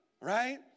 right